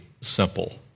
simple